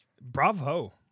Bravo